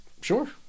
sure